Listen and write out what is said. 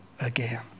again